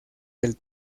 del